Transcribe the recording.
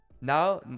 Now